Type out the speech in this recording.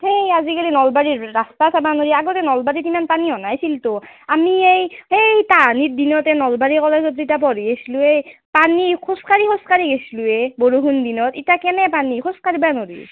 ধেই আজিকালি নলবাৰীৰ ৰাস্তা চাবা নোৱাৰি আগতে নলবাৰীত ইমান পানীও নাছিলতো আমি এই সেই তাহানিৰ দিনতে নলবাৰী কলেজত যেতিয়া পঢ়ি আছিলোঁ এ তাহানি খোজ কাঢ়ি খোজ কাঢ়ি গৈছিলোঁ এ বৰষুণ দিনত এতিয়া কেনে পানী খোজ কাঢ়িবই নোৱাৰি